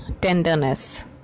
tenderness